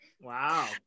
wow